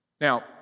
Now